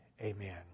Amen